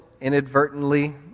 inadvertently